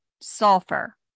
sulfur